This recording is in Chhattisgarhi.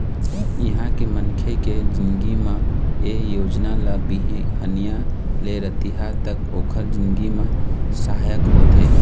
इहाँ के मनखे के जिनगी म ए योजना ल बिहनिया ले रतिहा तक ओखर जिनगी म सहायक होथे